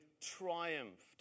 triumphed